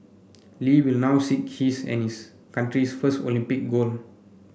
Lee will now seek his and his country's first Olympic gold